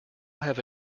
have